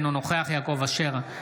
אינו נוכח יעקב אשר,